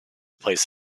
placed